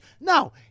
No